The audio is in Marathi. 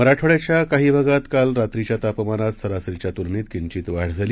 मराठवाङ्याच्या काही भागात काल रात्रीच्या तापमानात सरासरीच्या तुलनेत किंचित वाढ झाली